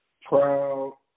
proud